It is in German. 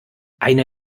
eine